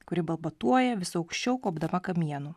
kuri balbatuoja vis aukščiau kopdama kamienu